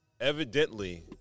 evidently